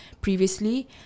previously